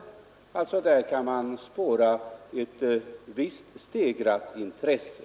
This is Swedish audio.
Man kan alltså där spåra ett visst stegrat intresse.